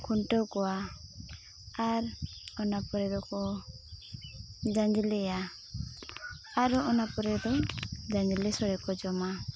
ᱠᱷᱩᱱᱴᱟᱹᱣ ᱠᱚᱣᱟ ᱟᱨ ᱚᱱᱟ ᱯᱚᱨᱮ ᱫᱚᱠᱚ ᱡᱟᱸᱡᱽᱞᱮᱭᱟ ᱟᱨᱚ ᱚᱱᱟ ᱯᱚᱨᱮᱫᱚ ᱡᱟᱸᱡᱽᱞᱮ ᱥᱚᱲᱮᱠᱚ ᱡᱚᱢᱟ